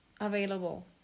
available